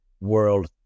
world